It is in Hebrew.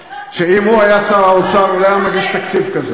שאם הוא היה שר האוצר הוא לא היה מגיש תקציב כזה.